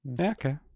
okay